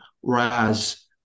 whereas